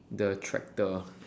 the tractor